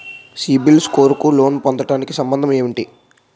CIBIL score కు loan పొందటానికి సంబంధం ఏంటి?